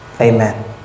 amen